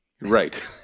Right